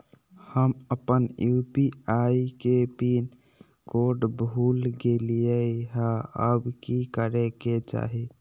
हम अपन यू.पी.आई के पिन कोड भूल गेलिये हई, अब की करे के चाही?